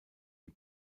die